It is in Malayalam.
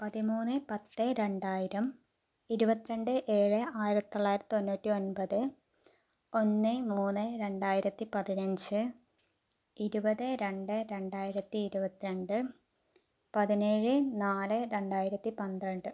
പതിമൂന്ന് പത്ത് രണ്ടായിരം ഇരുപത്തിരണ്ട് ഏഴ് ആയിരത്തി തൊള്ളായിരത്തി തൊണ്ണൂറ്റി ഒൻപത് ഒന്ന് മൂന്ന് രണ്ടായിരത്തി പതിനഞ്ച് ഇരുപത് രണ്ട് രണ്ടായിരത്തി ഇരുപത്തി രണ്ട് പതിനേഴ് നാല് രണ്ടായിരത്തി പന്ത്രണ്ട്